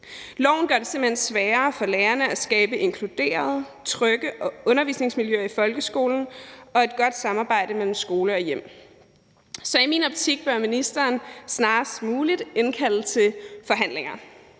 Loven gør det simpelt hen sværere for lærerne at skabe inkluderende og trygge undervisningsmiljøer i folkeskolen og et godt samarbejde mellem skole og hjem. Så i min optik bør ministeren snarest muligt indkalde til forhandlinger.